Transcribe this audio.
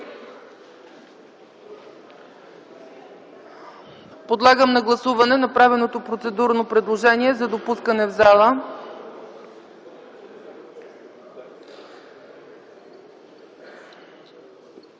Подлагам на гласуване направеното процедурно предложение: за становища